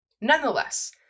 Nonetheless